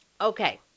Okay